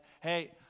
hey